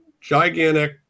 gigantic